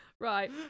Right